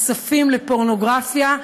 נחשפים לפורנוגרפיה,